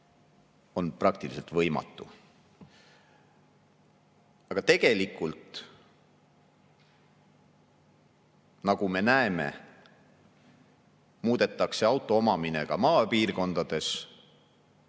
on praktiliselt võimatu. Tegelikult, nagu me näeme, muudetakse auto omamine ka maapiirkondades